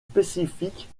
spécifiques